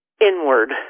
inward